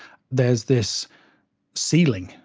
there's this ceiling,